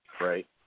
Right